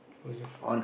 will your f~